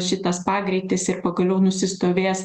šitas pagreitis ir pagaliau nusistovės